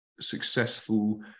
successful